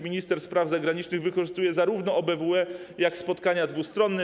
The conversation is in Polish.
Minister spraw zagranicznych wykorzystuje zarówno OBWE, jak i spotkania dwustronne.